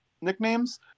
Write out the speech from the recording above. nicknames